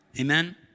Amen